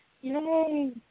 Yay